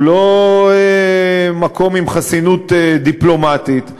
הוא לא מקום עם חסינות דיפלומטית,